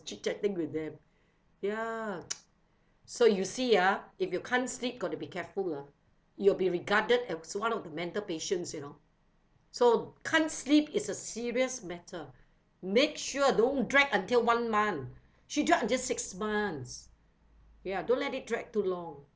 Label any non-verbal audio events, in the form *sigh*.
chit-chatting with them ya *noise* so you see ah if you can't sleep got to be careful ah you'll be regarded as one of the mental patients you know so can't sleep is a serious matter make sure don't drag until one month she join until six months ya don't let it drag too long